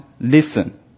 listen